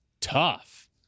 tough